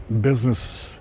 business